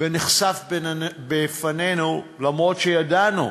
ונחשף בפנינו, למרות שידענו,